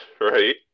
Right